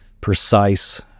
precise